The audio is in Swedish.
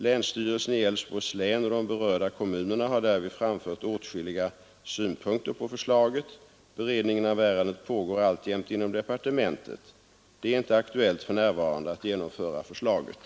Länsstyrelsen i Älvsborgs län och de berörda kommunerna har därvid framfört åtskilliga synpunkter på förslaget. Beredningen av ärendet pågår alltjämt inom departementet. Det är inte aktuellt för närvarande att genomföra förslaget.